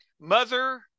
Mother